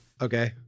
Okay